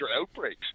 outbreaks